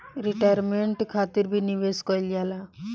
retirement खातिर भी निवेश कईल जाला